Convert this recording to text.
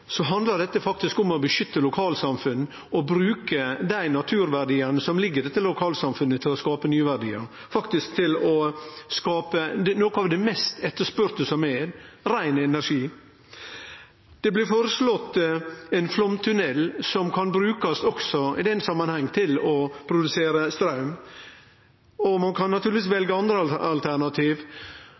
handlar dette faktisk om å beskytte lokalsamfunn og bruke dei naturverdiane som ligg i dette lokalsamfunnet, til å skape nye verdiar – faktisk til å skape noko av det mest etterspurde som er: rein energi. Det blir føreslått ein flomtunnel som i den samanhengen også kan brukast til å produsere straum. Ein kan naturlegvis velje andre alternativ.